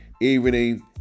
evening